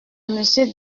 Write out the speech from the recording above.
monsieur